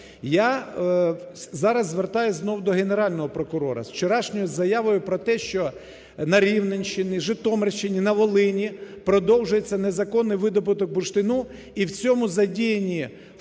Я зараз звертаюсь знов до Генерального прокурора із вчорашньою заявою про те, що на Рівненщині, Житомирщині, на Волині продовжується незаконний видобуток бурштину і в цьому задіяні в тому